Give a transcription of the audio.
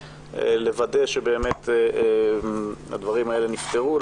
לוודא שבאמת הדברים האלה נפתרו.